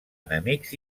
enemics